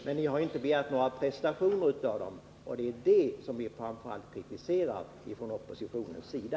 Men ni har ju inte begärt några motprestationer av dem, och det är framför allt det som vi kritiserar från oppositionens sida.